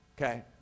okay